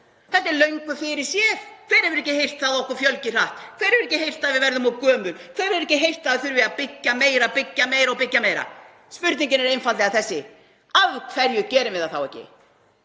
Þetta er löngu fyrirséð. Hver hefur ekki heyrt það að okkur fjölgi hratt? Hver hefur ekki heyrt að við verðum of gömul? Hver hefur ekki heyrt að það þurfi að byggja meira, byggja meira og byggja meira? Spurningin er einfaldlega þessi: Af hverju gerum við það þá ekki?